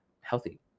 healthy